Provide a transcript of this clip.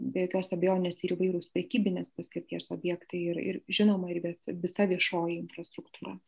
be jokios abejonės ir įvairūs prekybinės paskirties objektai ir ir žinoma ir visa viešoji infrastruktūra